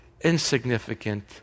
insignificant